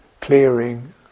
clearing